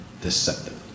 deceptive